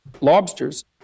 lobsters